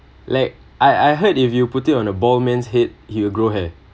like I I heard if you put it on a bald man head he will grow hair